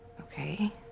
Okay